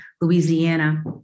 Louisiana